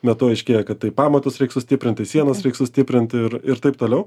be to aiškėja kad tai pamatus reik stiprint tai sienas reik sustiprint ir ir taip toliau